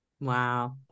wow